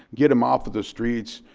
get them off of the streets,